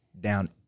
down